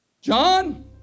John